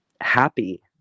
happy